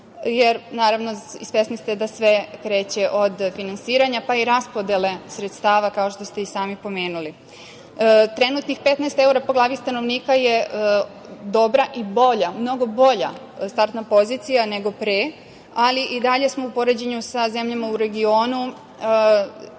Naravno, svesni ste da sve kreće od finansiranja, pa i raspodele sredstava, kao što ste i sami pomenuli. Trenutnih 15 evra po glavi stanovnika je dobra i bolja, mnogo bolja startna pozicija nego pre, ali i dalje smo u poređenju sa zemljama u regionu,